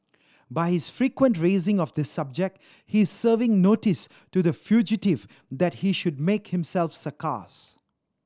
by his frequent raising of this subject he is serving notice to the fugitive that he should make himself scarce